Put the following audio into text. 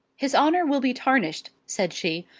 his honour will be tarnished, said she,